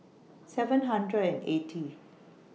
seven hundred and eighty